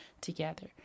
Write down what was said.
together